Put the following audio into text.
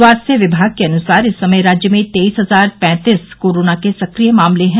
स्वास्थ्य विभाग के अनुसार इस समय राज्य में तेईस हजार पैंतीस कोरोना के सक्रिय मामले हैं